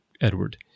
Edward